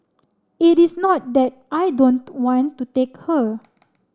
it is not that I don't want to take her